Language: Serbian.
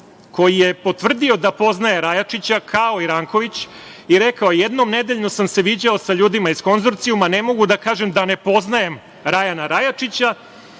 koji je potvrdio da poznaje Rajačića, kao i Ranković, i rekao je – jednom nedeljno sam se viđao sa ljudima iz konzorcijuma, ne mogu da kažem da ne poznajem Rajana Rajačića,